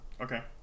Okay